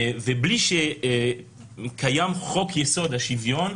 ובלי שקיים חוק-יסוד: השוויון,